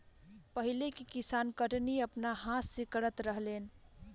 पहिले के किसान कटनी अपना हाथ से करत रहलेन